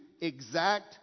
exact